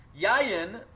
Yayin